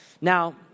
Now